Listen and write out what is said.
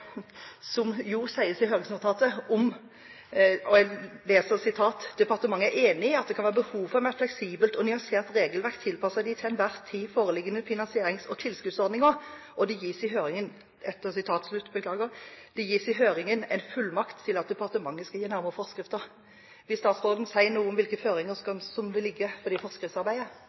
som sies i høringsnotatet: «Departementet er enig i at det kan være behov for et mer fleksibelt og nyansert regelverk tilpasset de til enhver tid foreliggende finansierings- og tilskuddsordninger.» Det gis i høringsnotatet en fullmakt til at departementet skal gi nærmere forskrifter. Vil statsråden si noe om hvilke føringer som ligger for det forskriftsarbeidet? Jeg vil bare understreke at de